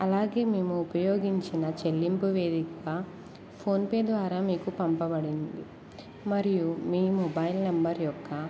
అలాగే మేము ఉపయోగించిన చెల్లింపు వేదికా ఫోన్పే ద్వారా మీకు పంపబడింది మరియు మీ మొబైల్ నెంబర్ యొక్క